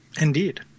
Indeed